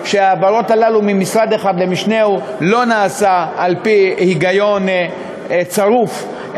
ההעברות האלה ממשרד אחד למשנהו לא נעשות על-פי היגיון צרוף,